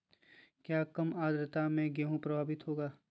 क्या काम आद्रता से गेहु प्रभाभीत होगा?